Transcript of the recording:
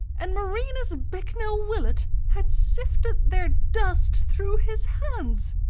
and marinus bicknell willett had sifted their dust through his hands!